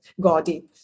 gaudy